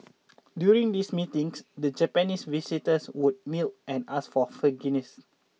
during these meetings the Japanese visitors would kneel and ask for forgiveness